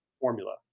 formula